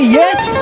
yes